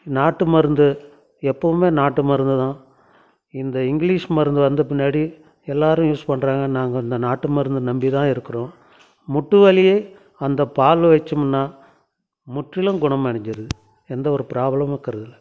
நாட்டு மருந்து எப்போவுமே நாட்டு மருந்து தான் இந்த இங்கிலீஷ் மருந்து வந்த பின்னாடி எல்லாரும் யூஸ் பண்ணுறாங்க நாங்கள் இந்த நாட்டு மருந்த நம்பி தான் இருக்கிறோம் முட்டு வலி அந்த பாலு வச்சோம்னா முற்றிலும் குணம் அடைஞ்சிருது எந்த ஒரு ப்ராப்ளமும் இருக்கிறது இல்லை